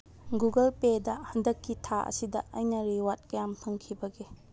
Google ꯄꯦꯗ ꯍꯟꯗꯛꯀꯤ ꯊꯥ ꯑꯁꯤꯗ ꯑꯩꯅ ꯔꯤꯋꯥꯔꯠ ꯀꯌꯥꯝ ꯐꯪꯈꯤꯕꯒꯦ